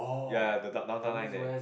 ya the down Downtown Line there